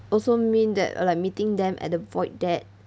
also mean that uh like meeting them at a void deck